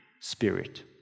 spirit